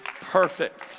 perfect